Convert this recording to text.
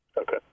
Okay